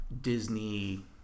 Disney